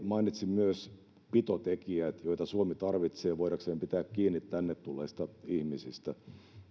mainitsi myös pitotekijät joita suomi tarvitsee voidakseen pitää kiinni tänne tulleista ihmisistä